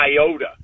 iota